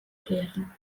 klären